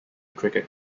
cricket